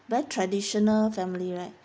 very traditional family right